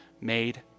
made